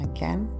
Again